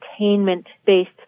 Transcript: entertainment-based